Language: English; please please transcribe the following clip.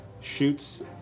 shoots